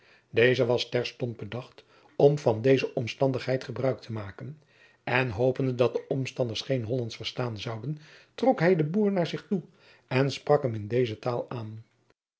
deze was terstond bedacht om van deze omstandigheid gebruik te maken en hopende dat de omstanders geen hollandsch verstaan zouden trok hij den boer naar zich toe en sprak hem in deze taal aan